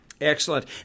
Excellent